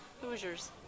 Hoosiers